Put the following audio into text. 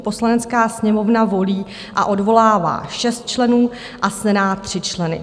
Poslanecká sněmovna volí a odvolává 6 členů a Senát 3 členy.